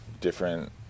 different